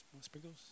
sprinkles